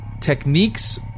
techniques